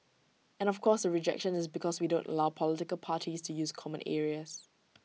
and of course the rejection is because we don't allow political parties to use common areas